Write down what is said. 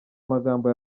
magambo